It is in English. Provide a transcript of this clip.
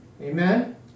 Amen